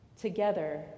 together